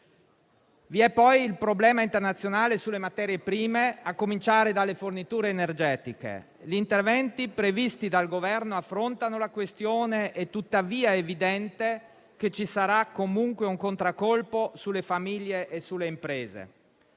Vi è poi il problema internazionale delle materie prime, a cominciare dalle forniture energetiche. Gli interventi previsti dal Governo affrontano la questione, ma è evidente che ci sarà comunque un contraccolpo sulle famiglie e sulle imprese.